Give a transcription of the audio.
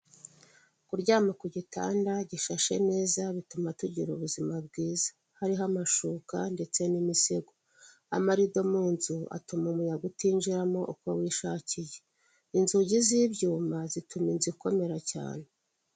Kuryama ku gitanda gishashe neza bituma tugira ubuzima bwiza hariho amashuka ndetse n'imisego, amarido mu nzu atuma umuyaga utinjiramo uko wishakiye, inzugi z'ibyuma zituma inzu ikomera cyane.